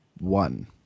One